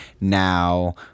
now